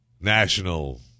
National